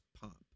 pop